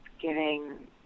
giving